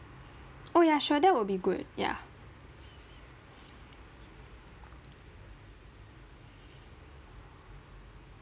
oh ya sure that will be good ya